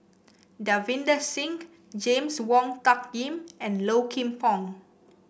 Davinder Singh James Wong Tuck Yim and Low Kim Pong